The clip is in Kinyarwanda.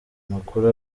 amakuru